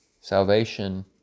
salvation